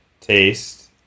taste